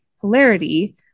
polarity